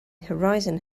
horizon